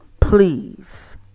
please